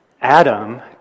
Adam